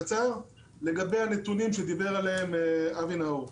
לגבי הנתונים שדיבר עליהם אבי נאור: